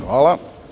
Hvala.